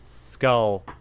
skull